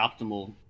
optimal